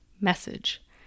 message